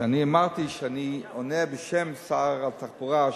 כשאני אמרתי שאני עונה בשם שר התחבורה,